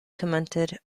commented